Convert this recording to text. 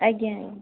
ଆଜ୍ଞା ଆଜ୍ଞା